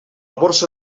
borsa